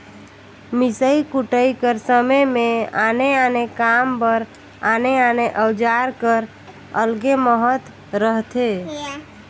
मिसई कुटई कर समे मे आने आने काम बर आने आने अउजार कर अलगे महत रहथे